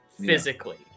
physically